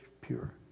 pure